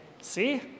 see